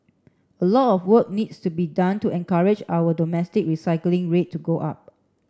a lot of work needs to be done to encourage our domestic recycling rate to go up